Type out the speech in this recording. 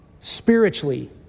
spiritually